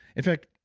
in fact,